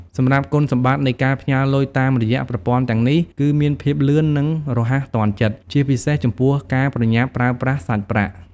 សម្រាប់គុណសម្បត្តិនៃការផ្ញើរលុយតាមរយៈប្រព័ន្ធទាំងនេះ គឺមានភាពលឿននិងរហ័សទាន់ចិត្ត ជាពិសេសចំពោះការប្រញាប់ប្រើប្រាស់សាច់ប្រាក់។